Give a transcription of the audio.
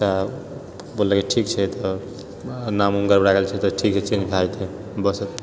तऽ बोललै ठीक छै तब नाम गड़बड़ाए गेल छै तऽ ठीक छै चेन्ज भए जाइत छै बस